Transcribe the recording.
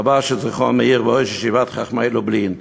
רבה של "זיכרון מאיר" וראש ישיבת "חכמי לובלין".